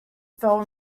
fell